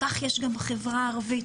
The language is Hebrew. כך יש גם בחברה הערבית.